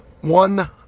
One